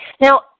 Now